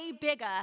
bigger